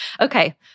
Okay